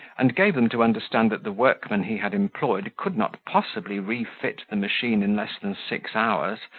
and gave them to understand that the workman he had employed could not possibly refit the machine in less then six hours,